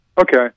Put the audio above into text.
Okay